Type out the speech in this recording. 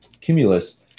Cumulus